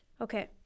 Okay